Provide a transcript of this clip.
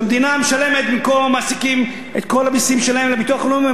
שהמדינה משלמת במקום המעסיקים את כל המסים שלהם לביטוח הלאומי?